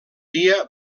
dia